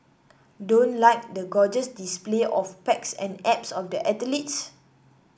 don't like the gorgeous display of pecs and abs of the athletes